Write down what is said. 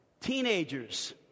Teenagers